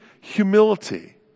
humility